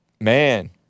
man